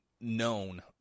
known